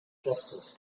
justice